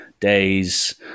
days